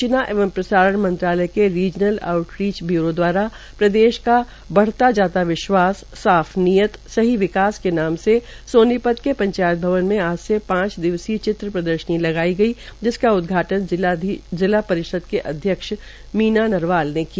सूचना एवं प्रसारण मंत्रालय के रीज़नल आऊटरीच ब्यूरों दवारा प्रदेश का बढ़ता जाता विश्वास साफ नीयत सही नीयत सही विकास के नाम से सोनीपत से पंचायत भवन मे आज से पांच दिवसीय चित्र प्रदर्शन लगाई गई जिसका उदघाटन जिला परिषद के अध्यक्ष मीना नरवाल ने किया